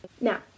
Now